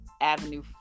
avenue